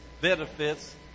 benefits